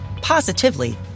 positively